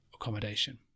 accommodation